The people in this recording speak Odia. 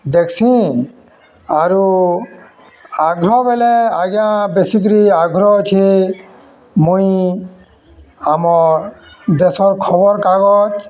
ଦେଖ୍ସି ଆଗ୍ରହ ବେଲେ ଆଜ୍ଞା ବେଶିକିରି ଆଗ୍ରହ ଅଛେ ମୁଇଁ ଆମର୍ ଦେଶ୍ର ଖବର୍କାଗଜ